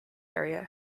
area